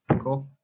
cool